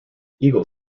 eagle